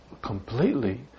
completely